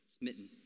smitten